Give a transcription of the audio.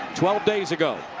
twelve days ago.